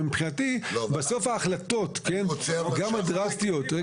מבחינתי, בסוף ההחלטות, גם הדרסטיות --- לא,